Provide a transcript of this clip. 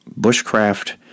bushcraft